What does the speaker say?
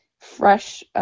fresh